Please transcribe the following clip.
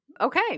Okay